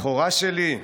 מכורה שלי,